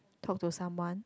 talk to someone